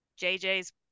JJ's